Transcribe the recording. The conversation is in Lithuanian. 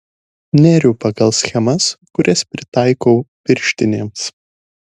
neriu pagal schemas kurias pritaikau pirštinėms